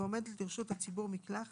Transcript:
ועומדת לרשות הציבור מקלחת,